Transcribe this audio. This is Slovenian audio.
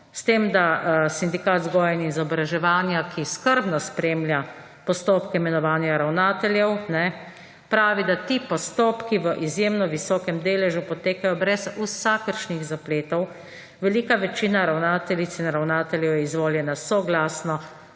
S tem, da sindikat vzgoje in izobraževanja, ki skrbno spremlja postopke imenovanja ravnateljev, pravi, da ti postopki v izjemno visokem deležu potekajo brez vsakršnih zapletov, velika večina ravnateljic in ravnateljev je izvoljena soglasno